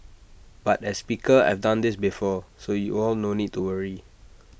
but as speaker I've done this before so you all no need to worry